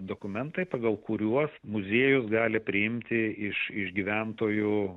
dokumentai pagal kuriuos muziejus gali priimti iš iš gyventojų